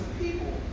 people